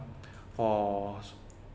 for